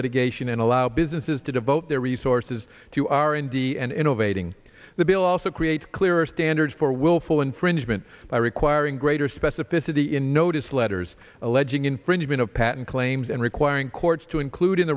litigation and allow businesses to devote their resources to r and d and innovating the bill also creates clearer standards for willful infringement by requiring greater specificity in notice letters alleging infringement of patent claims and requiring courts to include in